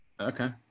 Okay